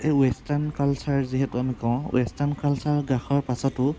এই western culture যিহেতু আমি কওঁ ৱেষ্টাৰ্ন কালচাৰৰ গ্ৰাসৰ পাছতো